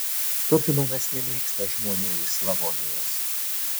tudžmanas nemėgsta žmonių iš slavonijos